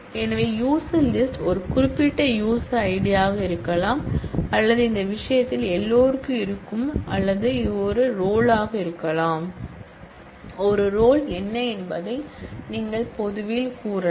எனவே user list ஒரு குறிப்பிட்ட யூசர் ஐடியாக இருக்கலாம் அல்லது இந்த விஷயத்தில் எல்லோருக்கும் இருக்கும் அல்லது இது ஒரு ரோல் ஆக இருக்கலாம் ஒரு ரோல் என்ன என்பதை நீங்கள் பொதுவில் கூறலாம்